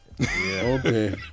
Okay